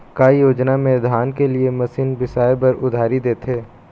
का योजना मे धान के लिए मशीन बिसाए बर उधारी देथे?